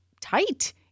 tight